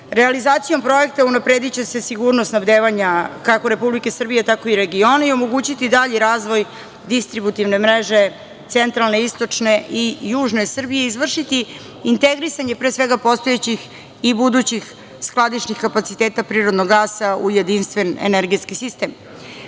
kilometara. Realizacijom projekta unaprediće se sigurnost snabdevanja kako Republike Srbije, tako i regiona i omogućiti dalji razvoj distributivne mreže centralne, istočne i južne Srbije i izvršiti integrisanje pre svega postojećih i budućih skladišnih kapaciteta prirodnog gasa u jedinstven energetski sistem. Krajnji